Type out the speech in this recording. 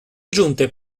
giunte